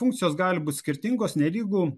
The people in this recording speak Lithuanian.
funkcijos gali būti skirtingos nelygu